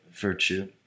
virtue